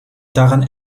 daran